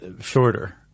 shorter